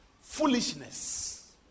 foolishness